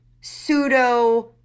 pseudo